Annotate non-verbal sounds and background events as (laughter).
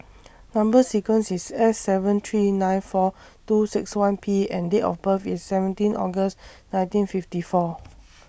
(noise) Number sequence IS S seven three nine four two six one P and Date of birth IS seventeen August nineteen fifty four